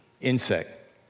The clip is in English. insect